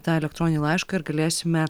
tą elektroninį laišką ir galėsime